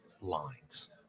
lines